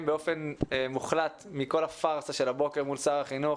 באופן מוחלט מכל הפרסה של הבוקר מול שר החינוך,